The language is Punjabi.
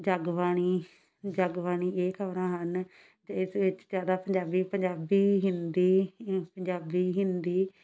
ਜਗਬਾਣੀ ਜਗਬਾਣੀ ਇਹ ਖਬਰਾਂ ਹਨ ਤੇ ਇਸ ਵਿੱਚ ਜ਼ਿਆਦਾ ਪੰਜਾਬੀ ਪੰਜਾਬੀ ਹਿੰਦੀ ਪੰਜਾਬੀ ਹਿੰਦੀ